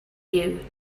you